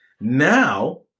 Now